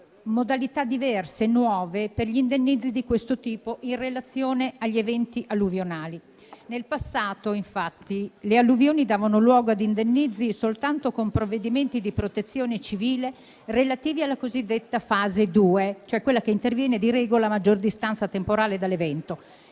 modalità diverse e nuove per gli indennizzi di questo tipo in relazione agli eventi alluvionali. Nel passato, infatti, le alluvioni davano luogo ad indennizzi soltanto con provvedimenti di protezione civile relativi alla cosiddetta fase 2, cioè quella che interviene, di regola, a maggior distanza temporale dall'evento